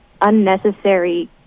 unnecessary